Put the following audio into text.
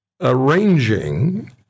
arranging